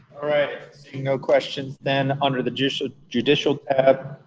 all right, seeing no questions then under the judicial judicial tab,